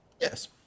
Yes